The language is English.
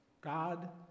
God